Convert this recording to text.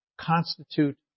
constitute